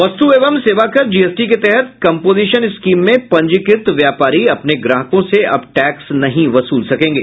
वस्तु एवं सेवाकर जीएसटी के तहत कंपोजिशन स्कीम में पंजीकृत व्यापारी अपने ग्राहकों से अब टैक्स नहीं वसूल सकेंगे